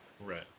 right